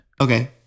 okay